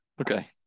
okay